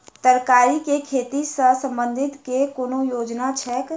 तरकारी केँ खेती सऽ संबंधित केँ कुन योजना छैक?